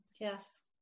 Yes